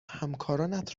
همکارانت